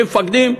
כמפקדים,